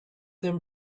them